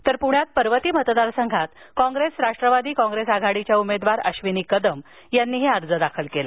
तर पृण्यात पर्वती मतदारसंघातील काँग्रेस राष्टवादी काँग्रेस आघाडीच्या उमेदवार अश्विनी कदम यांनीही आज उमेदवारी अर्ज दाखल केला